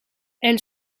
elle